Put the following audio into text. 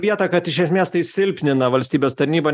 vietą kad iš esmės tai silpnina valstybės tarnybą